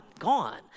Gone